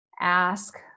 ask